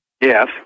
Yes